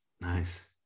Nice